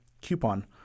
coupon